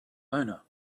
owner